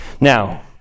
Now